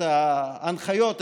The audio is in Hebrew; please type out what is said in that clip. את ההנחיות,